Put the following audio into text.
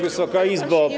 Wysoka Izbo!